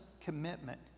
commitment